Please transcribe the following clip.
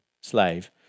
slave